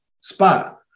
spot